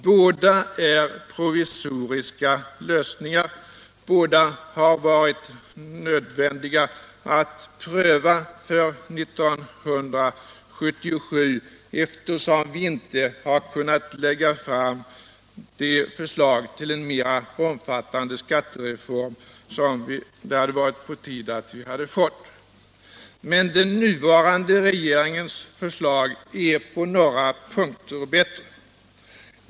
Båda är provisoriska lösningar, båda har varit nödvändiga att pröva för 1977, eftersom vi inte har kunnat lägga fram det förslag till en mera omfattande skattereform som det hade varit på tiden att vi fått. Men den nuvarande regeringens förslag är på några punkter bättre.